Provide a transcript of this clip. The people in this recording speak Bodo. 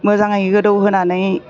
मोजाङै गोदौहोनानै